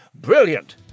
brilliant